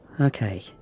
Okay